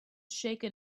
shaken